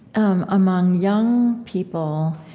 um among young people,